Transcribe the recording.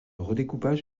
redécoupage